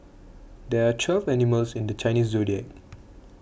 there are twelve animals in the Chinese zodiac